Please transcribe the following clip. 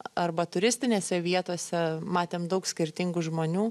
arba turistinėse vietose matėm daug skirtingų žmonių